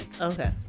Okay